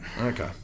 Okay